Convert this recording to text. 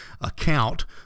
account